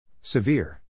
Severe